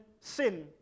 sin